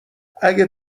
اگه